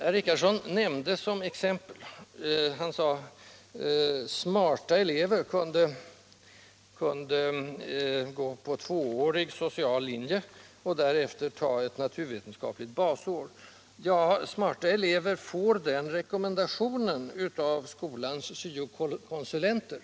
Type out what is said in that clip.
Herr Richardson nämnde att ”smarta” elever kunde gå på tvåårig social linje och därefter ta ett naturvetenskapligt basår. Ja, många elever får den rekommendationen av skolans syo-konsulenter.